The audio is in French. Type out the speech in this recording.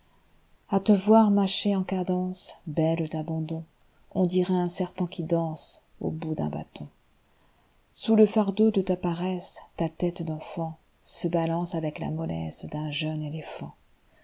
a te voir marcher en cadence belle d'abandon on dirait un serpent qui danse au bout d'un bâton sous le fardeau de ta paresse ta tête d'enfantse balance avec la mollesse d'un jeune éléphant